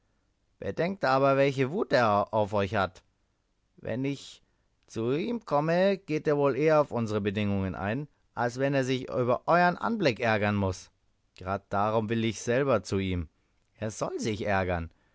bedenkt aber welche wut er auf euch hat wenn ich zu ihm komme geht er wohl eher auf unsere bedingung ein als wenn er sich über euern anblick ärgern muß grad darum will ich selber zu ihm er soll sich ärgern